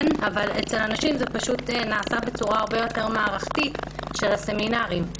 אבל אצל הנשים זה פשוט נעשה בצורה הרבה יותר מערכתית של הסמינרים.